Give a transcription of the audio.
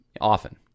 often